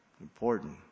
Important